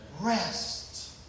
Rest